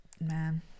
Man